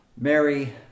Mary